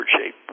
shape